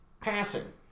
passing